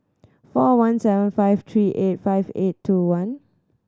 four one seven five three eight five eight two one